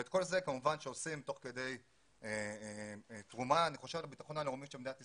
את כל זה כמובן עושים תוך כדי תרומה לביטחון הלאומי של מדינת ישראל.